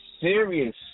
serious